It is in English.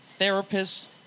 therapists